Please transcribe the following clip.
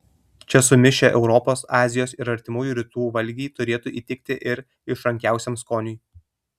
čia sumišę europos azijos ir artimųjų rytų valgiai turėtų įtikti ir išrankiausiam skoniui